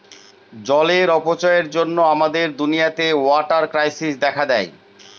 জলের অপচয়ের জন্য আমাদের দুনিয়াতে ওয়াটার ক্রাইসিস দেখা দেয়